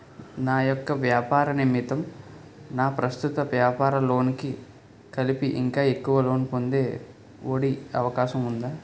నా యెక్క వ్యాపార నిమిత్తం నా ప్రస్తుత వ్యాపార లోన్ కి కలిపి ఇంకా ఎక్కువ లోన్ పొందే ఒ.డి అవకాశం ఉందా?